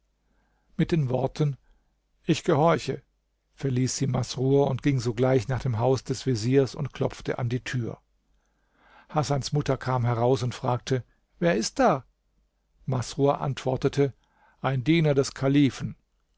mit den worten ich gehorche verließ sie masrur und ging sogleich nach dem haus des veziers und klopfte an die tür hasans mutter kam heraus und fragte wer ist da masrur antwortete ein diener des kalifen